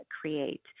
create